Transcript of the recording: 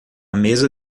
mesa